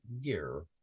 year